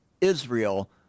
Israel